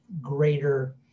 greater